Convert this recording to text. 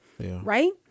right